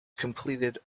completed